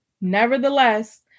nevertheless